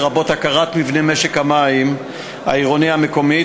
לרבות הכרת מבנה משק המים העירוני המקומי,